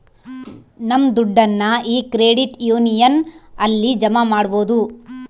ನಮ್ ದುಡ್ಡನ್ನ ಈ ಕ್ರೆಡಿಟ್ ಯೂನಿಯನ್ ಅಲ್ಲಿ ಜಮಾ ಮಾಡ್ಬೋದು